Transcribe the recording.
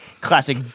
classic